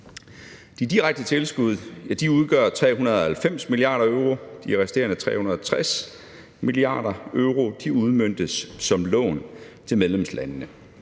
De direkte tilskud udgør 390 mia. euro, og de resterende 360 mia. euro udmøntes som lån til medlemslandene.